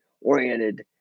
oriented